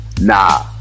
Nah